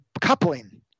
coupling